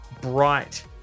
bright